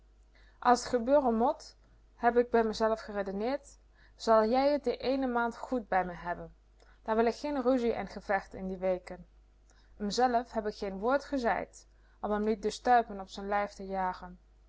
t gebeuren mot heb k bij mezelf geredeneerd zal jij t die eene maand géd bij me hebben dan wil ik geen ruzie en gevecht in die weken mzelf heb k geen woord gezeid om m niet de stuipen op z'n lijf te jagen